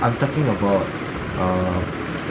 I'm talking about err